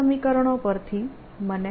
આ સમીકરણો પરથી મને